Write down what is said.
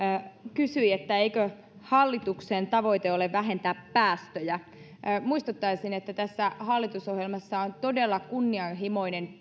kysyi että eikö hallituksen tavoite ole vähentää päästöjä muistuttaisin että tässä hallitusohjelmassa on todella kunnianhimoinen